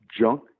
junk